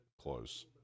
close